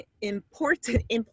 important